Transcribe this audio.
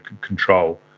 control